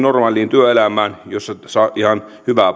hyvää palkkaa ja pystyy itsensä elättämään